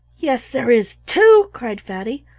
yes, there is too! cried fatty.